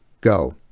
Go